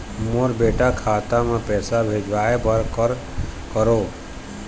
मोर बेटा खाता मा पैसा भेजवाए बर कर करों?